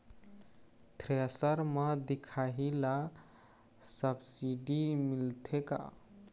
Thresher म दिखाही ला सब्सिडी मिलथे का?